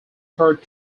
third